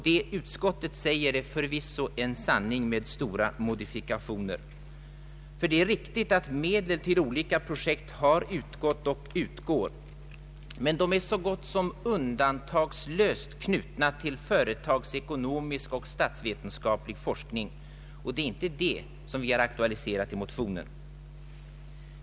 Det utskottet anför är förvisso en sanning med stora modifikationer. Det är riktigt att medel till olika projekt har utgått och utgår, men de är så gott som undantagslöst knutna till företagsekonomisk forskning och statsvetenskaplig forskning. Det är inte sådan forskning vi har aktualiserat i motionen.